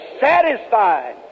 satisfied